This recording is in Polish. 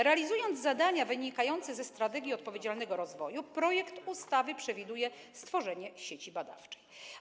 Realizując zadania wynikające ze „Strategii na rzecz odpowiedzialnego rozwoju”, projekt ustawy przewiduje stworzenie sieci badawczej.